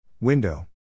Window